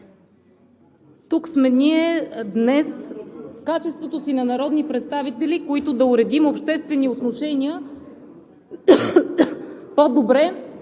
ние сме тук в качеството си на народни представители, които да уредим обществените отношения по-добре